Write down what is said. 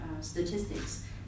statistics